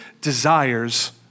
desires